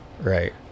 right